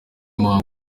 muhango